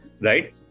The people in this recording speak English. right